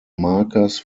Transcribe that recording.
markers